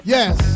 Yes